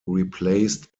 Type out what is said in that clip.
replaced